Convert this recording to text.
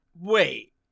wait